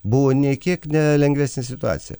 buvo nė kiek ne lengvesnė situacija